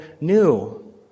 new